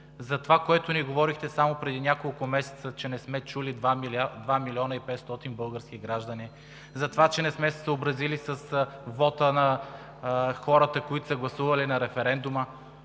за това, което ни говорехте само преди няколко месеца, че не сме чули 2 милиона 500 хиляди български граждани, за това, че не сме се съобразили с вота на хората, които са гласували на референдума.